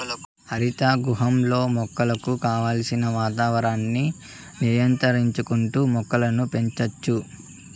హరిత గృహంలో మొక్కలకు కావలసిన వాతావరణాన్ని నియంత్రించుకుంటా మొక్కలను పెంచచ్చు